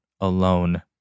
alone